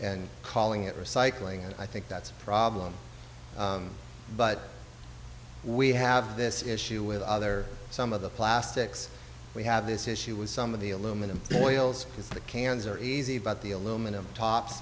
and calling it recycling and i think that's a problem but we have this issue with other some of the plastics we have this issue with some of the aluminum oils because the cans are easy but the aluminum tops